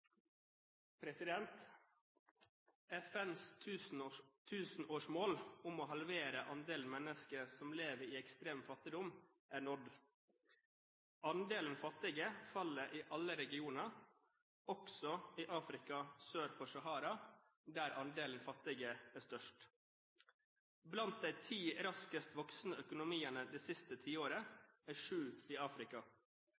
framover. FNs tusenårsmål om å halvere andelen mennesker som lever i ekstrem fattigdom, er nådd. Andelen fattige faller i alle regioner – også i Afrika sør for Sahara, der andelen fattige er størst. Blant de ti raskest voksende økonomiene det siste tiåret